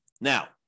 Now